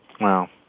Wow